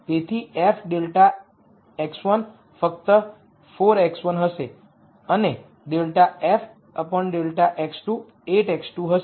તેથી f ∂x1 ફક્ત 4 x1 હશે અને ∂f ∂x2 8x2 હશે